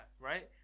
right